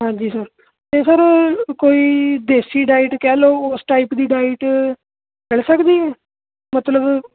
ਹਾਂਜੀ ਸਰ ਅਤੇ ਸਰ ਕੋਈ ਦੇਸੀ ਡਾਇਟ ਕਹਿ ਲਓ ਉਸ ਟਾਈਪ ਦੀ ਡਾਈਟ ਮਿਲ ਸਕਦੀ ਹੈ ਮਤਲਬ